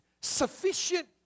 sufficient